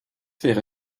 wäre